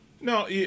No